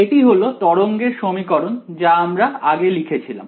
এটি হলো তরঙ্গের সমীকরণ যা আমরা আগে লিখেছিলাম